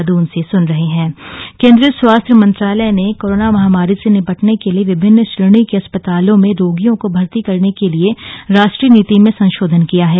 राष्ट्रीय नीति संशोधन केन्द्रीय स्वास्थ्य मंत्रालय ने कोरोना महामारी से निपटने के लिए विभिन्न श्रेणी के अस्पतालों में रोगियों को भर्ती करने के लिए राष्ट्रीय नीति में संशोधन किया है